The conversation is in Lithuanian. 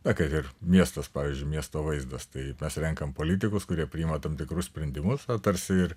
na kad ir miestas pavyzdžiui miesto vaizdas tai mes renkam politikus kurie priima tam tikrus sprendimus tarsi ir